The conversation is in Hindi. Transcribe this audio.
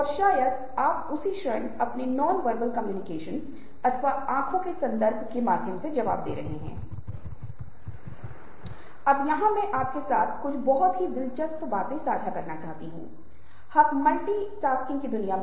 वास्तव में अधिकांश परंपराएं संस्कृति सामूहिक संस्कृति के रूप में शुरू होती हैं क्योंकि आप देखते हैं कि पूर्व सभ्यता के शुरुआती चरणों में समुदाय केवल साझाकरण के आधार पर विकसित हुआ था